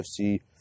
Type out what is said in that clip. UFC